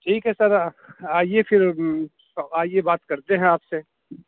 ٹھیک ہے سر آئیے پھر آئیے بات کرتے ہیں آپ سے